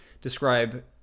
describe